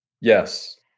Yes